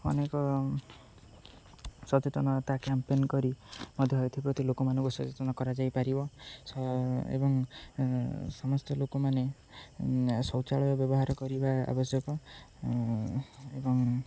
ଅନେକ ସଚେତନତା କ୍ୟାମ୍ପେନ୍ କରି ମଧ୍ୟ ଏଥିପ୍ରତି ଲୋକମାନଙ୍କୁ ସଚେତନ କରାଯାଇପାରିବ ଏବଂ ସମସ୍ତ ଲୋକମାନେ ଶୌଚାଳୟ ବ୍ୟବହାର କରିବା ଆବଶ୍ୟକ ଏବଂ